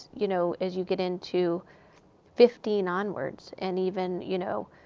you know, as you get into fifteen onwards, and even, you know,